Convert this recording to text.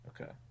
Okay